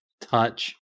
Touch